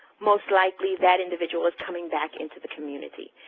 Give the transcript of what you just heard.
most likely that individual is coming back into the community,